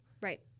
right